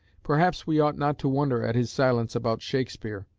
perhaps we ought not to wonder at his silence about shakespeare.